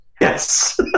Yes